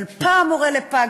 אבל פעם הורה לפג,